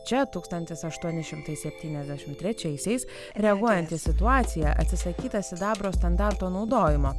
čia tūkstantis aštuoni šimtai septyniasdešimt trečiaisiais reaguojant į situaciją atsisakyta sidabro standarto naudojimo